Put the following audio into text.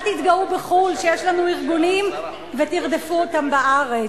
אל תתגאו בחוץ-לארץ שיש לנו ארגונים ותרדפו אותם בארץ.